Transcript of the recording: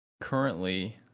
currently